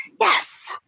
Yes